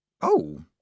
Oh